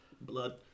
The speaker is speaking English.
Blood